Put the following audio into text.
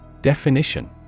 Definition